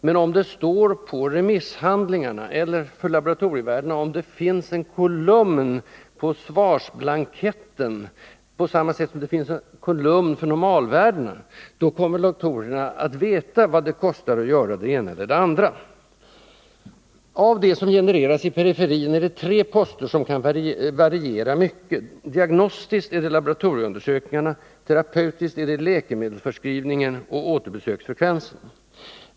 Men om det står på remisshandlingarna, eller om det för laboratorievärdena finns en kolumn på svarsblanketten på samma sätt som det finns en kolumn för normalvärden, kommer doktorerna att veta vad det kostar att göra det ena eller det andra. Av det som genereras i periferin är det tre poster som kan variera mycket: Diagnostiskt är det laboratorieundersökningarna. Terapeutiskt är det läkemedelsförskrivningen och återbesöksfrekvensen.